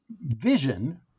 vision